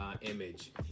image